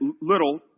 little